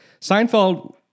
Seinfeld